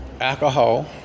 alcohol